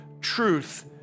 truth